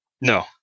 No